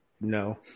No